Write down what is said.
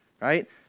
Right